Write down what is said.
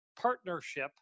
Partnership